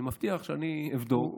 אני מבטיח שאני אבדוק וארשום.